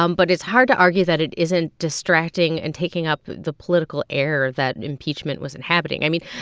um but it's hard to argue that it isn't distracting and taking up the political air that impeachment was inhabiting. i mean,